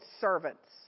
servants